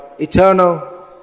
eternal